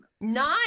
Nine